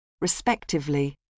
respectively